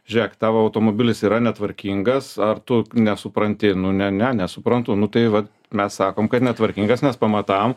žiūrėk tavo automobilis yra netvarkingas ar tu nesupranti nu ne ne nesuprantu nu tai va mes sakom kad netvarkingas nes pamatavom